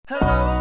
Hello